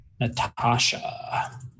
Natasha